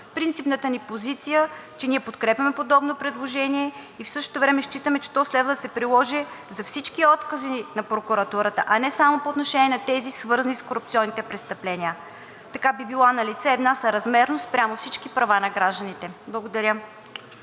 Принципната ни позиция е, че ние подкрепяме подобно предложение. В същото време считаме, че то следва да се приложи за всички откази на прокуратурата, а не само по отношение на тези свързани с корупционните престъпления. Така би била налице една съразмерност спрямо всички права на гражданите. Благодаря.